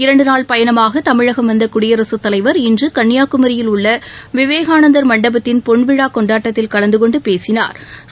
இரண்டுநாள் பயனமாகதமிழகம் வந்தகுடியரசுத் தலைவர் இன்றுகன்னியாகுமரியில் உள்ளவிவேகதனந்தர் மண்டபத்தின் பொன்விழாகொண்டாட்டத்தில் கலந்துகொண்டுபேசினாா்